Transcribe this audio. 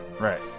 right